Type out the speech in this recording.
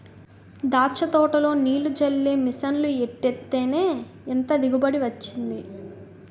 దాచ్చ తోటలో నీల్లు జల్లే మిసన్లు ఎట్టేత్తేనే ఇంత దిగుబడి వొచ్చింది